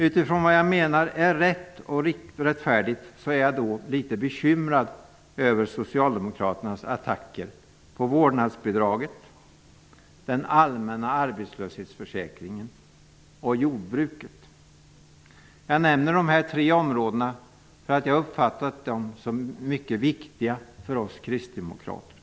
Utifrån vad jag menar är riktigt och rättfärdigt är jag litet bekymrad över Socialdemokraternas attacker på vårdnadsbidraget, den allmänna arbetslöshetsförsäkringen och jordbruket. Jag nämner dessa tre områden för att jag uppfattar dem som mycket viktiga för oss kristdemokrater.